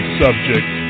subject